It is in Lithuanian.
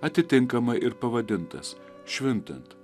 atitinkamai ir pavadintas švintant